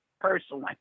personally